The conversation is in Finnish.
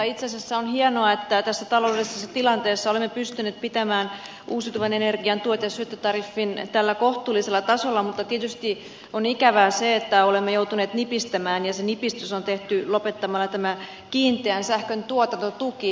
itse asiassa on hienoa että tässä ta loudellisessa tilanteessa olemme pystyneet pitämään uusiutuvan energian tuet ja syöttötariffin tällä kohtuullisella tasolla mutta tietysti on ikävää se että olemme joutuneet nipistämään ja se nipistys on tehty lopettamalla kiinteän sähkön tuotantotuki